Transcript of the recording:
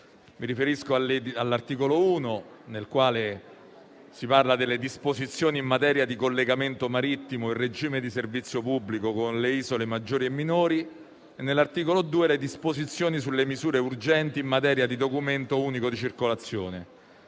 mi riferisco all'articolo 1, nel quale si parla delle disposizioni in materia di collegamento marittimo in regime di servizio pubblico con le isole maggiori e minori, e all'articolo 2, che reca disposizioni e misure urgenti in materia di documento unico di circolazione.